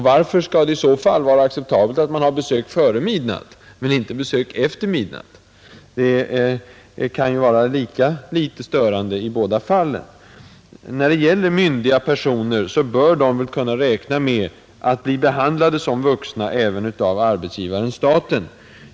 Varför skall det för övrigt vara acceptabelt med besök före midnatt men inte efter midnatt? Det är lika litet störande i båda fallen. Myndiga personer bör väl kunna räkna med att bli behandlade som vuxna även av arbetsgivaren-staten.